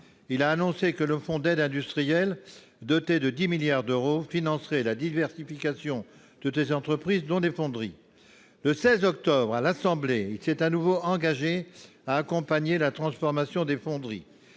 a annoncé que le fonds d'aide industrielle, doté de 10 milliards d'euros, financerait la diversification de ces entreprises. Le 16 octobre à l'Assemblée nationale, il s'est une nouvelle fois engagé à accompagner la transformation des Fonderies